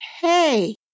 Hey